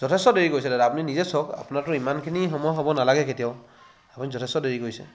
যথেষ্ট দেৰি কৰিছে দাদা আপুনি নিজে চাওক আপোনাৰতো ইমানখিনি সময় হ'ব নালাগে কেতিয়াও আপুনি যথেষ্ট দেৰি কৰিছে